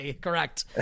correct